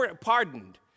pardoned